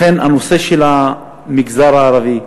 לכן הנושא של המגזר הערבי,